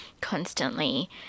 constantly